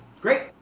Great